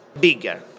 bigger